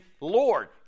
Lord